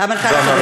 המנכ"ל הקודם.